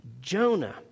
Jonah